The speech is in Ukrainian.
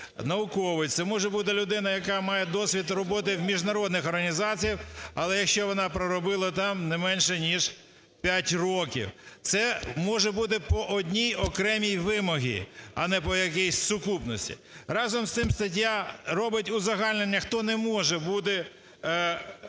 науковець. Це може бути людина, яка має досвід роботи в міжнародних організаціях, але якщо вона проробила там не менше ніж 5 років. Це може бути по одній окремій вимозі, а не по якійсь сукупності. Разом з тим стаття робить узагальнення, хто не може бути